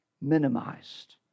minimized